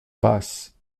basse